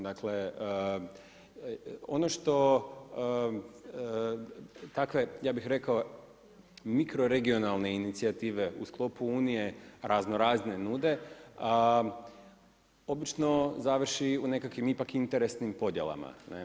Dakle ono što takve ja bih rekao mikroregionalne inicijative u sklopu Unije raznorazne nude obično završi u nekakvim ipak interesnim podjelama.